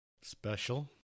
special